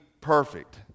perfect